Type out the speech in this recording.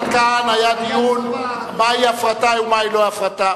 עד כאן היה דיון מהי הפרטה ומהי לא הפרטה.